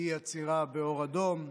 אי-עצירה באור אדום,